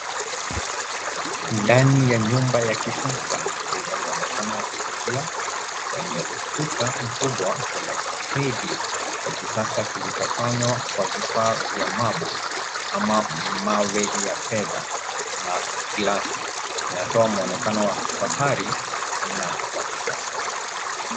Ndani ya nyumba ya kisasa yenye mwonekano wa kuvutia wenye ukuta mkubwa, kuna kistendi cha kisasa kilichofanywa kwa vifaa vya marble ama mawe ya fedha na gilasi. Inatoa mwonekano wa kifahari na wa kisasa.